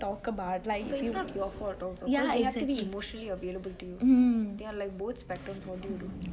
but it's not your fault also because they have to be emotionally avaliable to you they are like both spectrum what you do